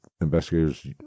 investigators